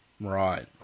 Right